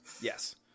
Yes